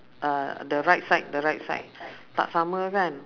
uh the right side the right side tak sama kan